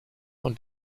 und